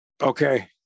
Okay